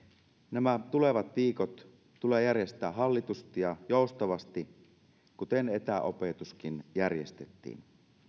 nämä tulevat viikot tulee järjestää hallitusti ja joustavasti kuten etäopetuskin järjestettiin